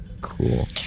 Cool